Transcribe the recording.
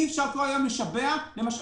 אי אפשר כל היום לשווע למשאבים.